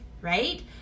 right